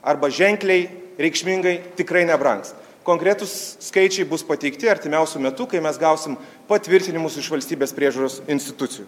arba ženkliai reikšmingai tikrai nebrangs konkretūs skaičiai bus pateikti artimiausiu metu kai mes gausim patvirtinimus iš valstybės priežiūros institucijų